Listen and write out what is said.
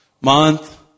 month